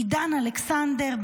עידן אלכסנדר,